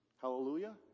Hallelujah